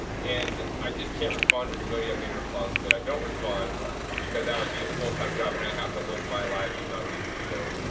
and i just can't respond to everybody. i made it a policy that i don't respond because that would be a full time job and i have to live my life and not just, you know,